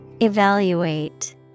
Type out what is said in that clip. Evaluate